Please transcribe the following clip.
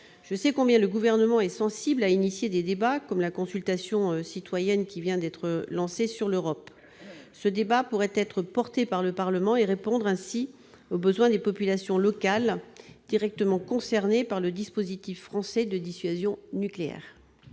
Je sais combien le Gouvernement est sensible à l'idée de lancer des débats, comme le montre l'exemple de la consultation citoyenne qui vient d'être lancée sur l'Europe. Ce débat pourrait être porté par le Parlement et répondre ainsi aux besoins des populations locales directement concernées par le dispositif français de dissuasion nucléaire.